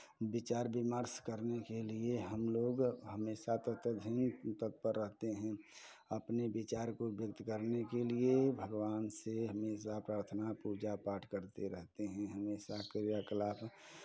विचार विमर्श करने के लिये हम लोग हमेशा तत्पर रहते हैं अपने विचार को व्यक्त करने के लिये भगवान से हमेशा प्रार्थना पूजा पाठ करते रहते हैं हमेशा क्रिया कलाप